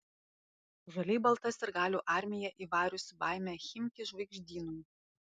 žaliai balta sirgalių armija įvariusi baimę chimki žvaigždynui